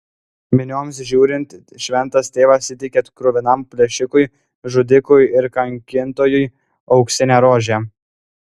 minioms žiūrint šventas tėvas įteikė kruvinam plėšikui žudikui ir kankintojui auksinę rožę